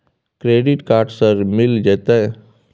Credit card sir मिल जेतै?